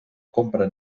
compra